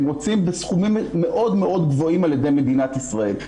רוצים בסכומים מאוד גדולים על ידי מדינת ישראל.